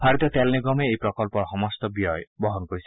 ভাৰতীয় তেল নিগমে এই প্ৰকল্পৰ সমস্ত ব্যয় বহন কৰিছে